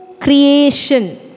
creation